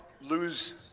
lose